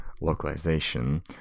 localization